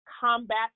combat